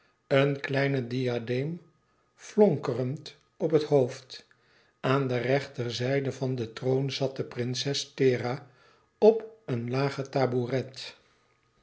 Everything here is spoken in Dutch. een kleinen diadeem flonkerend op het hoofd aan de rechterzijde van den troon zat de prinses thera op een lagen tabouret